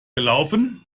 gelaufen